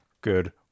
good